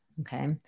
okay